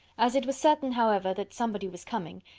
as it was certain, however, that somebody was coming,